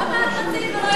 למה את רצית ולא יכולת?